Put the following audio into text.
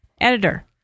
editor